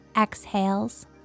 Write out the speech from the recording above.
exhales